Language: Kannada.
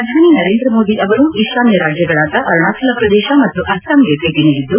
ಪ್ರಧಾನಿ ನರೇಂದ್ರ ಮೋದಿ ಅವರು ಈಶಾನ್ಯ ರಾಜ್ಲಗಳಾದ ಅರುಣಾಚಲ ಪ್ರದೇಶ ಮತ್ತು ಅಸ್ವಾಂಗೆ ಭೇಟ ನೀಡಿದ್ದು